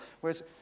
Whereas